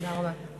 תודה רבה.